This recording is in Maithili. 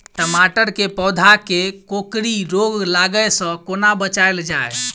टमाटर केँ पौधा केँ कोकरी रोग लागै सऽ कोना बचाएल जाएँ?